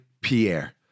Pierre